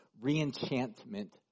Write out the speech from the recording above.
reenchantment